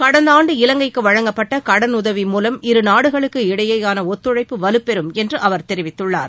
கடந்த ஆண்டு இவங்கைக்கு வழங்கப்பட்ட கடனுதவி மூவம் இருநாடுகளுக்கிடையேயான ஒத்துழைப்பு வலுப்பெரும் என்று அவர் தெரிவித்துள்ளார்